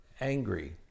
angry